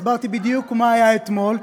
הסברתי בדיוק מה היה אתמול,